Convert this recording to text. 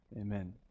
Amen